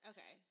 Okay